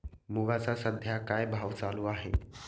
मुगाचा सध्या काय भाव चालू आहे?